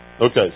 Okay